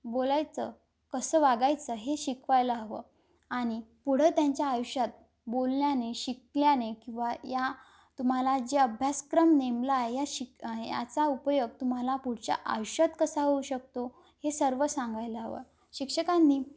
बोलायचं कसं वागायचं हे शिकवायला हवं आणि पुढं त्यांच्या आयुष्यात बोलल्याने शिकल्याने किंवा या तुम्हाला जे अभ्यासक्रम नेमला आहे या शिक याचा उपयोग तुम्हाला पुढच्या आयुष्यात कसा होऊ शकतो हे सर्व सांगायला हवं शिक्षकांनी